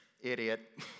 idiot